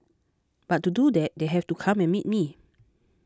but to do that they have to come and meet me